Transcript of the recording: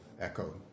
echo